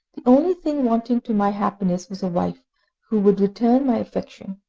the only thing wanting to my happiness was a wife who could return my affection,